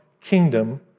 kingdom